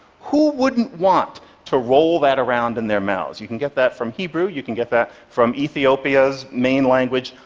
who wouldn't want to roll that around in their mouths? you can get that from hebrew, you can get that from ethiopia's main language,